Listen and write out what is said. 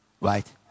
Right